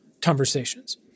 conversations